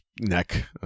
neck